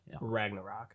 Ragnarok